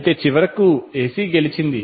అయితే చివరికి ఎసి గెలిచింది